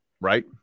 right